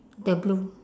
the blue